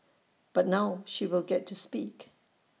but now she will get to speak